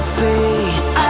faith